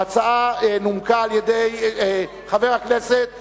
ההצעה נומקה על-ידי חבר הכנסת שיח'